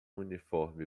uniforme